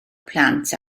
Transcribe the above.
plant